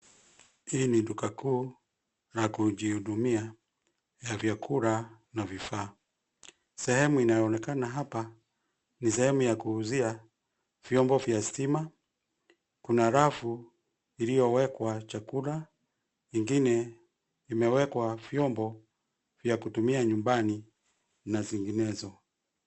Hii ni duka kuu la kujihudumia, ya vyakula na vifaa. Sehemu inayoonekana hapa ni sehemu ya kuuzia vyombo vya stima. Kuna rafu iliowekwa chakula, ingine imewekwa vyombo vya kutumia nyumbani na zinginezo.